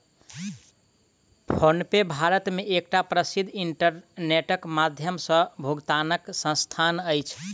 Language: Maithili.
फ़ोनपे भारत मे एकटा प्रसिद्ध इंटरनेटक माध्यम सॅ भुगतानक संस्थान अछि